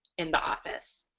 in the office.